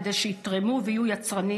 כדי שיתרמו למשק ויהיו יצרניים,